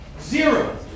Zero